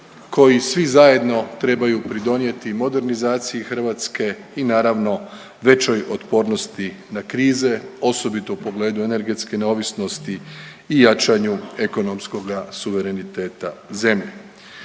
koji svi zajedno trebaju pridonijeti modernizaciji Hrvatske i naravno većoj otpornosti na krize osobito u pogledu energetske neovisnosti i jačanju ekonomskoga suvereniteta zemlje.